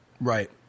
Right